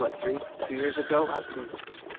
but three, two years ago ah two years yeah